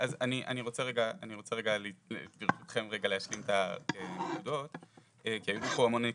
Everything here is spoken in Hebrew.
אני רוצה ברשותכם להשלים את הנקודות כי היו לי פה המון נקודות.